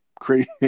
crazy